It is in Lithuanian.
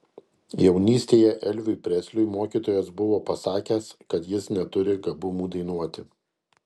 jaunystėje elviui presliui mokytojas buvo pasakęs kad jis neturi gabumų dainuoti